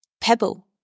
Pebble